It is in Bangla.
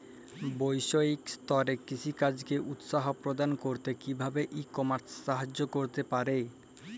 বৈষয়িক স্তরে কৃষিকাজকে উৎসাহ প্রদান করতে কিভাবে ই কমার্স সাহায্য করতে পারে?